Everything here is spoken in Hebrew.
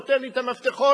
תן לי את המפתחות,